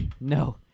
No